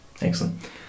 Excellent